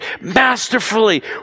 masterfully